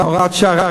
הוראת שעה,